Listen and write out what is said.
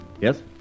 Yes